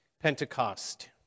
Pentecost